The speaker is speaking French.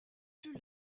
plus